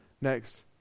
next